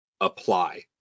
apply